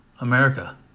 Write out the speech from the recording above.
America